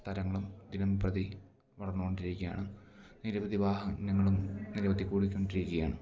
സ്ഥലങ്ങളും ദിനംപ്രതി വളർന്നു കൊണ്ടിരിക്കുകയാണ് നിരവധി വാഹനങ്ങളും നിരവധി കൂടിക്കൊണ്ടിരിക്കുകയാണ്